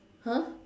!huh!